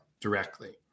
directly